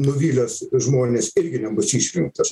nuvylęs žmones irgi nebus išrinktas